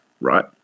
right